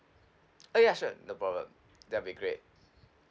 uh ya sure no problem that'll be great